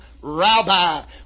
Rabbi